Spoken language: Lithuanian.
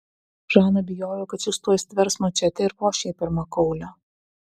žana bijojo kad šis tuoj stvers mačetę ir voš jai per makaulę